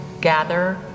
gather